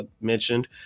mentioned